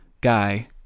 guy